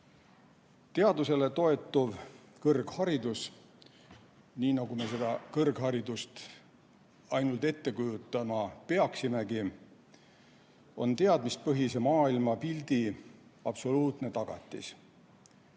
Teadusele toetuv kõrgharidus, nii nagu me kõrgharidust ainult ette kujutama peaksimegi, on teadmispõhise maailmapildi absoluutne tagatis.